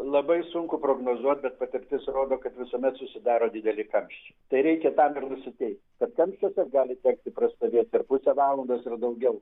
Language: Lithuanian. labai sunku prognozuot bet patirtis rodo kad visuomet susidaro dideli kamščiai tai reikia tam ir nusiteikt kad kamščiuose gali tekti prastovėt ir pusę valandos ir daugiau